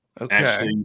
Okay